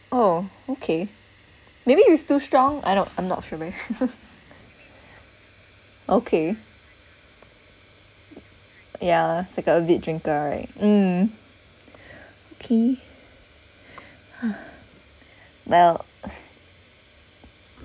oh okay maybe it was too strong I don't I'm not sure okay ya a big drinker right mm okay well